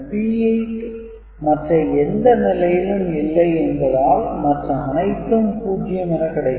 P8 மற்ற எந்த நிலையிலும் இல்லை என்பதால் மற்ற அனைத்தும் 0 என கிடைக்கும்